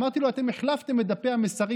אמרתי לו: אתם החלפתם את דפי המסרים,